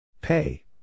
Pay